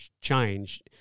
change